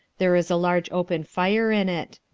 there is a large open fire in it.